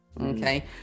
Okay